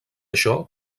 això